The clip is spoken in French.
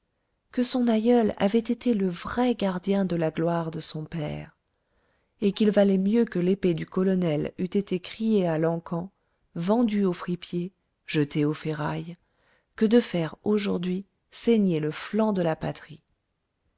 que son aïeul avait été le vrai gardien de la gloire de son père et qu'il valait mieux que l'épée du colonel eût été criée à l'encan vendue au fripier jetée aux ferrailles que de faire aujourd'hui saigner le flanc de la patrie